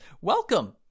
welcome